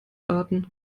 warten